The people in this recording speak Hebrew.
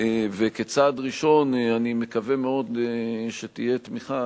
וכצעד ראשון אני מקווה מאוד שתהיה תמיכה,